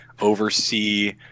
oversee